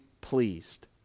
pleased